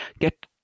get